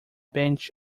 bench